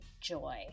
joy